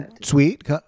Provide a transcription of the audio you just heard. Sweet